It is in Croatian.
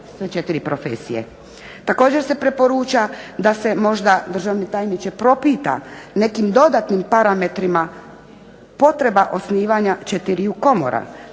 Također se preporuča da se možda državni tajniče propita nekim dodatnim parametrima potreba osnivanja četiriju komora,